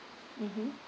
mmhmm